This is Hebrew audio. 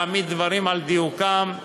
להעמיד דברים על דיוקם: